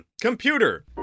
computer